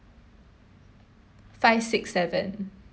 five six seven